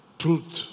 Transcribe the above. truth